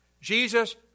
Jesus